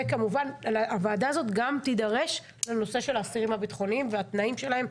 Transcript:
וכמובן הוועדה הזאת גם תידרש לנושא של האסירים הביטחוניים והתנאים שלהם.